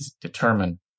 determine